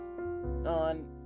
on